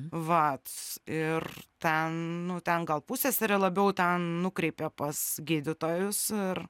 vat ir ten nu ten gal pusesėrė labiau ten nukreipė pas gydytojus ir